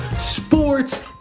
sports